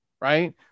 right